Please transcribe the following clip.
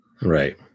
Right